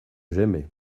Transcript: j’aimais